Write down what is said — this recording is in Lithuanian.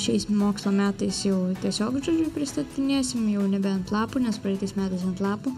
šiais mokslo metais jau tiesiog žodžiu pristatinėsim jau nebe ant lapų nes praeitais metais ant lapų